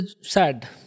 Sad